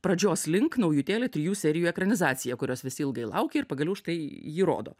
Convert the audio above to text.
pradžios link naujutėlė trijų serijų ekranizacija kurios visi ilgai laukė ir pagaliau štai jį rodo